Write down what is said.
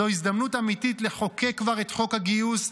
זו הזדמנות אמיתית לחוקק כבר את חוק הגיוס,